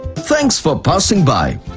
thanks for passing by.